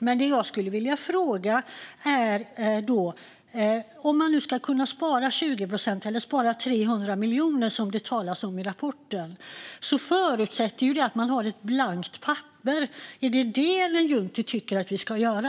Men det jag skulle vilja fråga är: Om man nu ska kunna spara 20 procent eller 300 miljoner, som det talas om i rapporten, förutsätter det att man har ett blankt papper - är det detta Ellen Juntti tycker att vi ska göra?